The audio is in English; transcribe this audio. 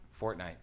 Fortnite